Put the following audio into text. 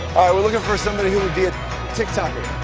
we're looking for somebody who would be a tik tok-er.